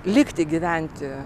likti gyventi